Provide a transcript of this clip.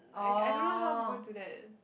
I don't know how people do that